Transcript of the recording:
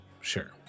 Sure